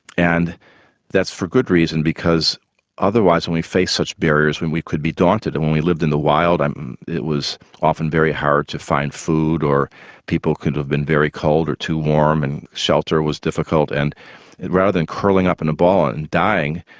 and that's for good reason because otherwise when we face such barriers when we could be daunted and when we lived in the wild it was often very hard to find food, or people could have been very cold or too warm and shelter was difficult and rather than curling up in a ball and dying,